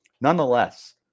Nonetheless